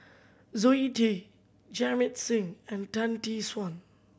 Zoe Tay Jamit Singh and Tan Tee Suan